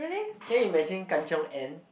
can imagine Kan-Chiong and